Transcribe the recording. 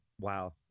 Wow